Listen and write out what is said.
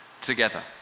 together